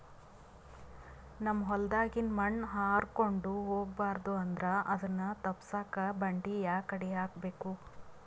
ನಮ್ ಹೊಲದಾಗಿನ ಮಣ್ ಹಾರ್ಕೊಂಡು ಹೋಗಬಾರದು ಅಂದ್ರ ಅದನ್ನ ತಪ್ಪುಸಕ್ಕ ಬಂಡಿ ಯಾಕಡಿ ಹಾಕಬೇಕು?